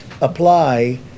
apply